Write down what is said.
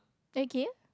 okay